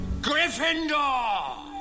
Gryffindor